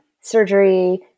surgery